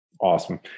awesome